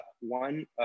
one